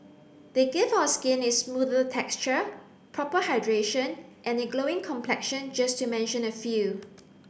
they give our skin is smoother texture proper hydration and a glowing complexion just to mention a few